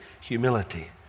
humility